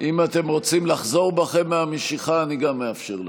אם אתם רוצים לחזור בכם מהמשיכה, אני אאפשר לכם.